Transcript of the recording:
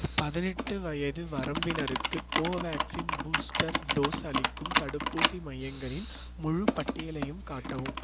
பதினெட்டு வயது வரம்பினருக்கு கோவேக்சின் பூஸ்டர் டோஸ் அளிக்கும் தடுப்பூசி மையங்களின் முழுப்பட்டியலையும் காட்டவும்